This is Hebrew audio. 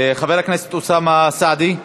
חבר הכנסת אוסאמה סעדי,